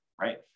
right